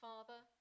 Father